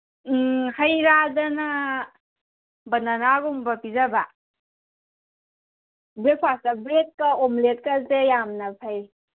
ꯎꯝ ꯍꯩꯔꯥꯗꯅ ꯕꯅꯥꯅꯥꯒꯨꯝꯕ ꯄꯤꯖꯕ ꯕ꯭ꯔꯦꯛꯐꯥꯁꯇ ꯕ꯭ꯔꯦꯠꯀ ꯑꯣꯝꯂꯦꯠꯀꯁꯦ ꯌꯥꯝꯅ ꯐꯩ